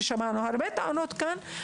ושמענו הרבה טענות כאן.